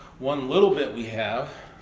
one little bit we have.